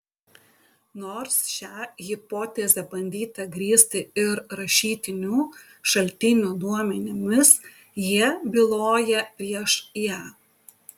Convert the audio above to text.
nors šią hipotezę bandyta grįsti ir rašytinių šaltinių duomenimis jie byloja prieš ją